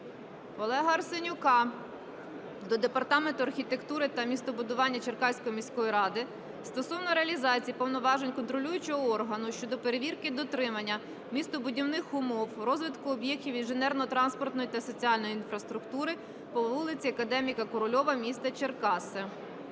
Олега Арсенюка до Департаменту архітектури та містобудування Черкаської міської ради стосовно реалізації повноважень контролюючого органу щодо перевірки дотримання містобудівних умов; розвитку об'єктів інженерно-транспортної та соціальної інфраструктури по вулиці академіка Корольова міста Черкаси.